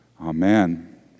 Amen